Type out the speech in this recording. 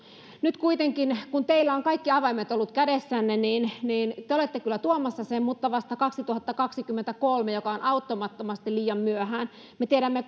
nyt kuitenkin kun teillä on kaikki avaimet ollut kädessänne te olette kyllä tuomassa sen mutta vasta kaksituhattakaksikymmentäkolme joka on auttamattomasti liian myöhään me tiedämme